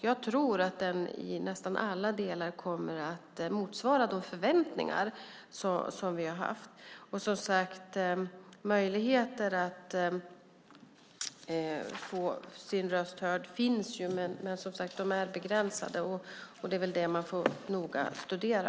Jag tror att den i nästan alla delar kommer att motsvara de förväntningar som vi har haft. Möjligheter att göra sin röst hörd finns som sagt, men de är begränsade. Det får man noga studera.